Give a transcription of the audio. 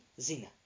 zina